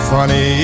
Funny